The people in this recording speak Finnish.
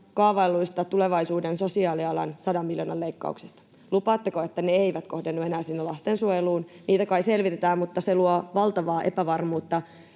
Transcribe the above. kaavailluista tulevaisuuden sosiaalialan sadan miljoonan leikkauksista: lupaatteko, että ne eivät kohdennu enää lastensuojeluun? Niitä kai selvitetään, mutta se luo valtavaa epävarmuutta.